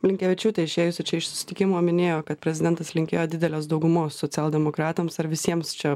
blinkevičiūtė išėjus iš susitikimo minėjo kad prezidentas linkėjo didelės daugumos socialdemokratams ar visiems čia